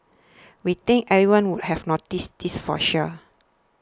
we think everyone would have noticed this for sure